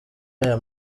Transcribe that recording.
aya